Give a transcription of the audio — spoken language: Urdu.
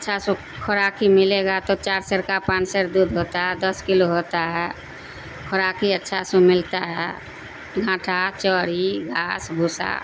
اچھا سا خوراک ہی ملے گا تو چار سیر کا پانچ سیر دودھ ہوتا ہے دس کلو ہوتا ہے خوراک ہی اچھا سا ملتا ہے گھانٹھا چوری گھاس بھوسا